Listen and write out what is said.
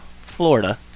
Florida